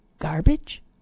Garbage